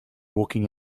walking